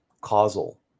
causal